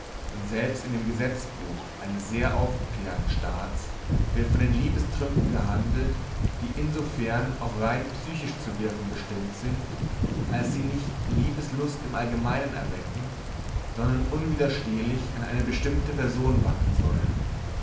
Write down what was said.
und selbst in dem gesetzbuch eines sehr aufgeklärten staats wird von den liebestrünken gehandelt die insofern auch rein psychisch zu wirken bestimmt sind als sie nicht liebeslust im allgemeinen erwecken sondern unwiderstehlich an eine bestimmte person bannen sollen